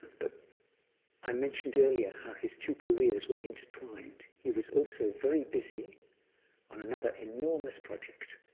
but i mentioned earlier how his two careers were intertwined. he was also very busy on another enormous project.